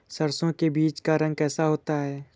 सरसों के बीज का रंग कैसा होता है?